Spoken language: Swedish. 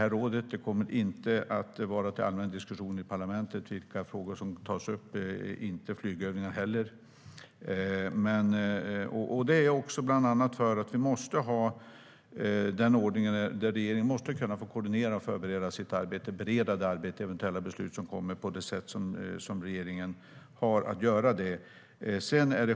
Vilka frågor som ska tas upp kommer inte att vara till allmän diskussion i parlamentet. Det gäller inte heller flygövningar. Det måste finnas en ordning där regeringen kan koordinera, förbereda och bereda eventuella beslut på det sätt regeringen har att göra sådant.